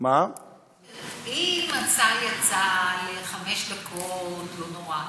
אם השר יצא לחמש דקות, לא נורא.